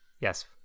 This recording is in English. yes